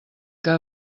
que